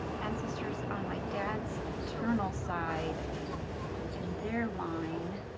ancestors on my dad's paternal side in their line